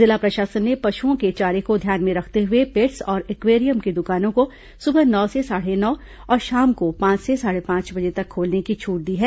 जिला प्रशासन ने पशुओं के चारे को ध्यान में रखते हुए पेट्स और एक्वेरियम की दुकानों को सुबह नौ से साढ़े नौ और शाम को पांच से साढ़े पांच बजे तक खोलने की छूट दी है